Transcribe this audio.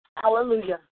Hallelujah